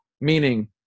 meaning